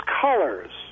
colors